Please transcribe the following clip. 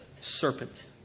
serpent